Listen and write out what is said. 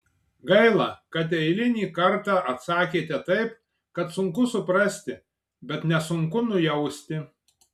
gaila kad eilinį kartą atsakėte taip kad sunku suprasti bet nesunku nujausti